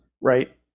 right